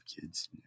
kids